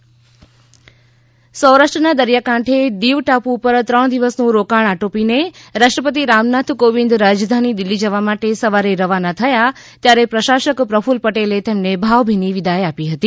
રાષ્ટ્રપતિ વિદાય સૌરાષ્ટ્રના દરિયાકાંઠે દીવ ટાપુ ઉપર ત્રણ દિવસનું રોકાણ આટોપીને રાષ્ટ્રપતિ રામનાથ કોવિંદ રાજધાની દિલ્લી જવા માટે સવારે રવાના થયા ત્યારે પ્રશાસક પ્રફલ પટેલે તેમને ભાવભીની વિદાય આપી હતી